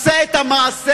שיעשה את המעשה,